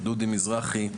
דודי מזרחי,